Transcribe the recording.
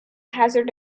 hazard